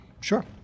Sure